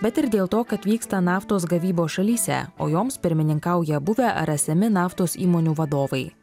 bet ir dėl to kad vyksta naftos gavybos šalyse o joms pirmininkauja buvę ar esami naftos įmonių vadovai